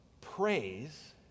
praise